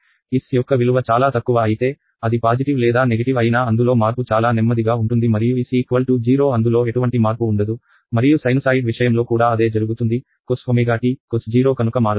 s యొక్క విలువ చాలా తక్కువ అయితే అది పాజిటివ్ లేదా నెగిటివ్ అయినా అందులో మార్పు చాలా నెమ్మదిగా ఉంటుంది మరియు s 0 అందులో ఎటువంటి మార్పు ఉండదు మరియు సైనుసాయిడ్ విషయంలో కూడా అదే జరుగుతుంది Cos Cos 0 కనుక మారదు